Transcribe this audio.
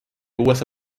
usa